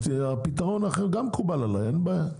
אז פתרון אחר גם מקובל עליי, אין בעיה.